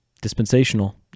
dispensational